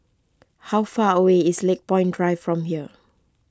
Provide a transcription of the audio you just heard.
how far away is Lakepoint Drive from here